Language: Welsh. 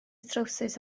trowsus